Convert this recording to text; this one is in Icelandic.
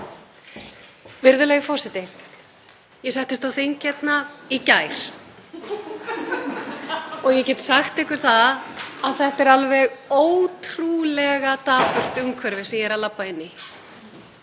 Virðulegur forseti. Ég settist á þing í gær og ég get sagt ykkur það að þetta er alveg ótrúlega dapurt umhverfi sem ég er að labba inn í.